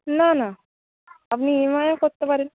না না আপনি ই এম আইও করতে পারেন